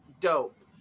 dope